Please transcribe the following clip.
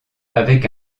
avec